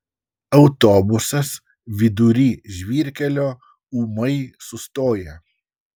autobusas vidury žvyrkelio ūmai sustoja